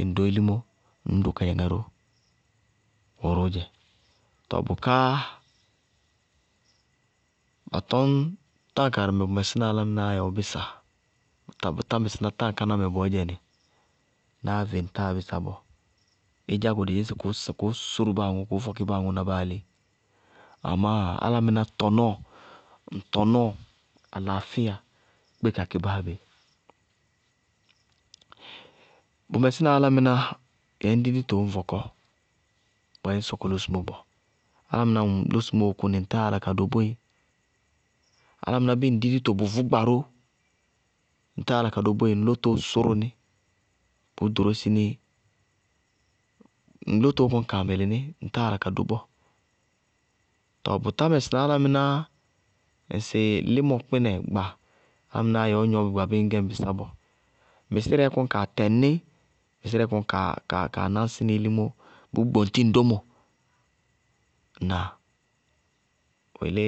Ñŋ dó ilimó, ññ do kádzaŋá ró, bʋʋrʋ dzɛ. Tɔɔ bʋká ba tɔŋ táa karɩmɛ bʋ mɛsína álámɩnáá yɛ ɔɔ bisa. Bʋtá mɛsɩná táa káná bɔɔdzɛ návé ŋtáa bisa bɔɔ. Ɩdzá go dɩ dzɩŋsɩ kʋʋ sʋrʋ báa aŋʋ, kʋʋ fɔkí báa aŋʋ na báalé, amá alámaá tɔnɔɔ, ŋ tɔnɔɔ alaafíya kpé kakɩ báa bé. Bʋ mɛsína álámɩná yɛ ŋñ di dito ŋñ bɔkɔ, bɔyɛ ŋñ sɔkɔ losumó bɔɔ. Álámɩná ñŋ losumóó kʋnɩ ŋ táa yála ka do boé. Álámɩná bíɩ ŋ di dito bʋvʋ gba ró, ŋtáa yála ka do boé, ŋ lótoó sʋrʋ ní, bʋʋ ɖorósi ní, ŋ lótoó kɔní kaa mɩlɩ ní ŋtáa yála ka do bɔɔ. Tɔɔ bʋtá mɛsɩná álámɩnáá ŋsɩ límɔ kpínɛ gba, álámɩnáá gnɔ bɩ gba bíɩ ŋñ gɛ ñ bisá bɔɔ, mɩsíeɛɛ kɔní kaa tɛŋ ní, mɩsírɛɛ kɔní kaa náñsí nɩ ilimó, bʋʋ gboŋtí ŋ dómo. Ŋnáa? Bʋ yelé.